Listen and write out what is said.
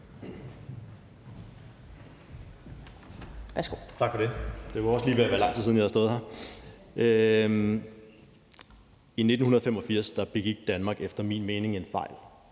I 1985 begik Danmark efter min mening en fejl.